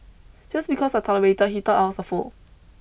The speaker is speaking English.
just because I tolerated he thought I was a fool